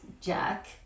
Jack